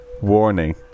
Warning